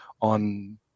on